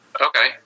Okay